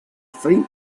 faint